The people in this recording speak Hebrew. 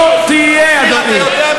לא תהיה, אדוני.